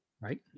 Right